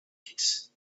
kids